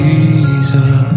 Jesus